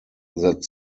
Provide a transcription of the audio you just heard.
that